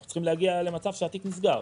אנחנו צריכים להגיע למצב שהתיק נסגר.